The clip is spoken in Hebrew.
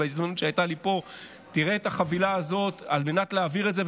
אם בהזדמנות שהייתה לי פה תראה את החבילה הזאת על מנת להעביר את זה,